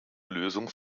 lösung